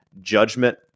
judgment